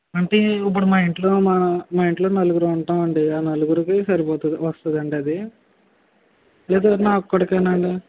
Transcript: అంటే ఇప్పుడు మా ఇంట్లో మా ఇంట్లో నలుగురుం ఉంటామండి ఆ నలుగురికి సరిపోతుందా వస్తాదండి అది లేదు నా ఒక్కడికేనా అండి